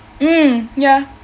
mm ya